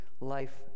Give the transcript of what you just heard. life